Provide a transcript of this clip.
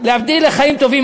להבדיל לחיים טובים,